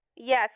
yes